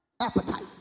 appetite